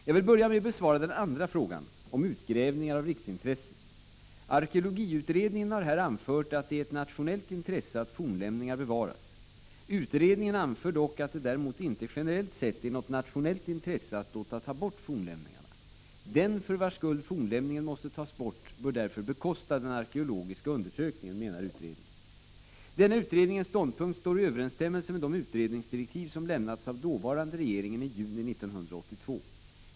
Jag vill börja med att besvara den andra frågan, om utgrävningar av riksintresse. Arkeologiutredningen har här anfört att det är ett nationellt intresse att fornlämningarna bevaras. Utredningen anför dock att det däremot inte generellt sett är något nationellt intresse att låta ta bort fornlämningarna. Den för vars skull fornlämningen måste tas bort bör därför bekosta den arkeologiska undersökningen, menar utredningen. Denna utredningens ståndpunkt står i överensstämmelse med de utredningsdirektiv som lämnats av dåvarande regeringen i juni 1982.